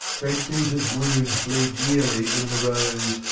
great caesar's wounds bleed yearly in the rose.